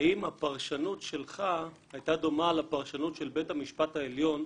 האם הפרשנות שלך היתה דומה לפרשנות של בית המשפט העליון,